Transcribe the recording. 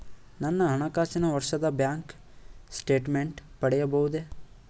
ನನ್ನ ಹಣಕಾಸಿನ ವರ್ಷದ ಬ್ಯಾಂಕ್ ಸ್ಟೇಟ್ಮೆಂಟ್ ಪಡೆಯಬಹುದೇ?